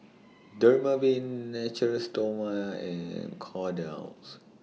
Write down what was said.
Dermaveen Natura Stoma and Kordel's